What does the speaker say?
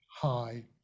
high